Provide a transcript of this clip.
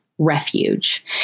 Refuge